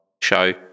show